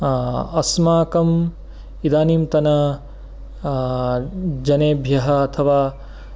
अस्माकम् इदानीं तन जनेभ्यः अथवा